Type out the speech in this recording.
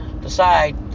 decide